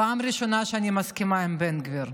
בפעם הראשונה אני מסכימה עם בן גביר.